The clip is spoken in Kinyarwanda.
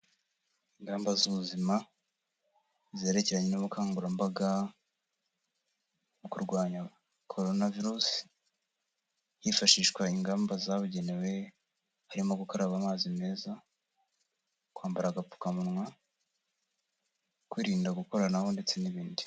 Ingamba z'ubuzima zerekeranye n'ubukangurambaga mu kurwanya Korona virusi, hifashishwa ingamba zabugenewe harimo gukaraba amazi meza, kwambara agapfukamunwa, kwirinda gukoranaho ndetse n'ibindi.